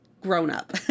grown-up